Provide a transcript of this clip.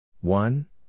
One